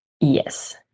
Yes